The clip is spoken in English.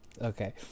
Okay